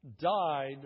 died